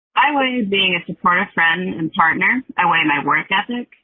i weigh being a supportive friend and partner. i weigh my work ethic.